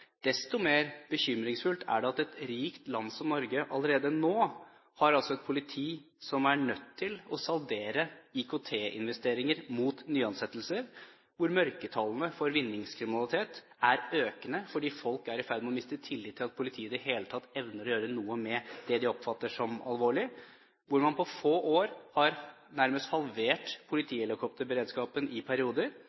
Desto mer bekymringsfullt er det at et rikt land som Norge allerede nå har et politi som er nødt til å saldere IKT-investeringer mot nyansettelser, hvor mørketallene for vinningskriminalitet er økende fordi folk er i ferd med å miste tillit til at politiet i det hele tatt evner å gjøre noe med det de oppfatter som alvorlig, hvor man på få år nærmest har halvert